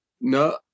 no